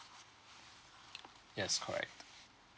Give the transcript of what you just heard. yes correct